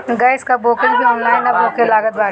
gas कअ booking भी online अब होखे लागल बाटे